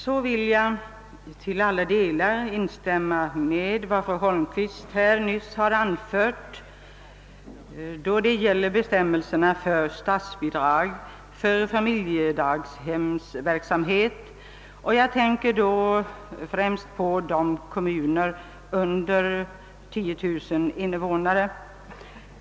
Så vill jag även till alla delar instämma med vad fru Holmqvist här nyss har anfört beträffande bestämmelserna för statsbidrag för familjedaghemsverksamheten. Jag tänker då främst på de kommuner som har mindre än 10 000 invånare.